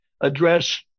address